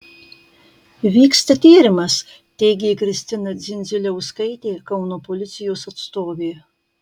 vyksta tyrimas teigė kristina dzindziliauskaitė kauno policijos atstovė